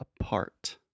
apart